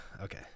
Okay